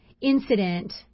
incident